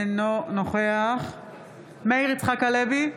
אינו נוכח מאיר יצחק הלוי,